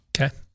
Okay